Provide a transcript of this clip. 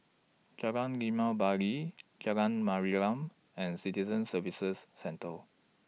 Jalan Limau Bali Jalan Mariam and Citizen Services Centre